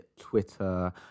Twitter